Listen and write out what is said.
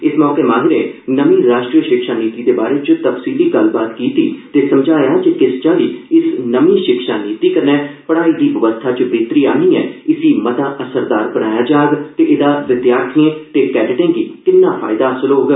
इस मौके माहिरै नर्मी राश्ट्रीय शिक्षा नीति दे बारै च तफ्सीली गल्लबात कीती ते समझाया जे किश चाल्ली इस नर्मी शिक्षा नीति कन्नै पढ़ाई दी व्यवस्था च बेहतरी आनीए इसी मता असरदार बनाया जाग ते एदा विद्यार्थिएं ते कैडटें गी किन्ना फायदा पुज्जौग